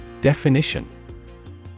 Definition